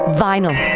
vinyl